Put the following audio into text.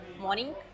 morning